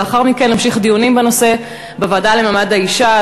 ולאחר מכן נמשיך לדון בנושא בוועדה לקידום מעמד האישה.